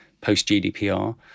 post-GDPR